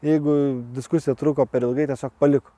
jeigu diskusija truko per ilgai tiesiog paliko